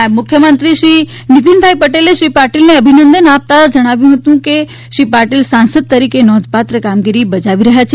નાયબ મુખ્યમંત્રી શ્રી નીતિનભાઇ પટે લ શ્રી પાટીલને અભિનંદન આપતાં જણાવ્યું હતું કે શ્રી પાટીલ સાંસદ તરીકે નોંધપાત્ર કામગીરી બજાવી રહ્યા છે